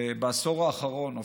בעשור האחרון,